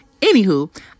Anywho